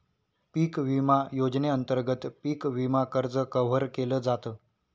पिक विमा योजनेअंतर्गत पिक विमा कर्ज कव्हर केल जात